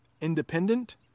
independent